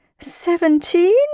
Seventeen